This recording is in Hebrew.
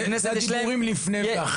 כפי שאמרתי בפתח דבריי,